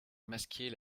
masquer